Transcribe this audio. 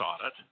audit